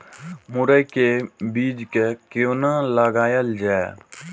मुरे के बीज कै कोना लगायल जाय?